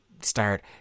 Start